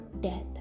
death